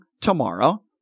tomorrow